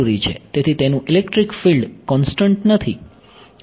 તેથી તેનું electric field constant નથી